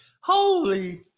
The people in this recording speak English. Holy